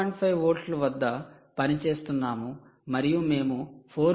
5 వోల్ట్ల వద్ద పనిచేస్తున్నాము మరియు మేము 4